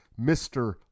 Mr